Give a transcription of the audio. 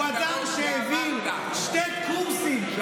הוא אדם שהעביר שני קורסים,